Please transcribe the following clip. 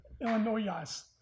Illinois